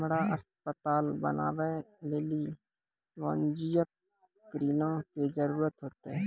हमरा अस्पताल बनाबै लेली वाणिज्यिक ऋणो के जरूरत होतै